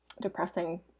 depressing